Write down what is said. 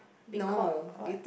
because what